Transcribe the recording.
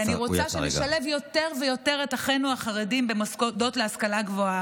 כי אני רוצה שנשלב יותר ויותר את אחינו החרדים במוסדות להשכלה גבוהה.